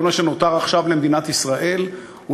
כל מה שנותר עכשיו למדינת ישראל הוא